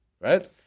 Right